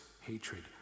hatred